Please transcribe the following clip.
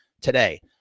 today